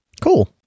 Cool